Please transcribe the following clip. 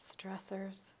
stressors